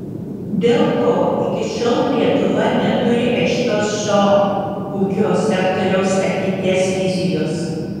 dėl to iki šiol lietuva neturi aiškios šio ūkio sektoriaus ateities vizijos